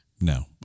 No